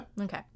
Okay